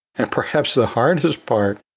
and perhaps the hardest part,